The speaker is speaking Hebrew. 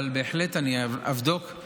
אבל בהחלט אני אבדוק, גם